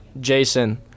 Jason